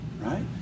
Right